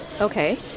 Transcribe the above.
Okay